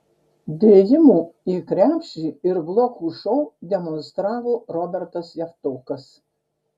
dėjimų į krepšį ir blokų šou demonstravo robertas javtokas